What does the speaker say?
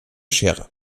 schere